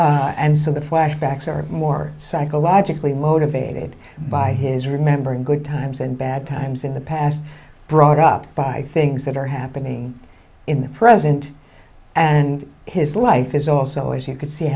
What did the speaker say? past and so the flashbacks are more psychologically motivated by his remembering good times and bad times in the past brought up by things that are happening in the present and his life is also as you could see